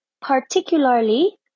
particularly